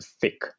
thick